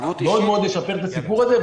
מאוד מאוד ישפר את הסיפור הזה.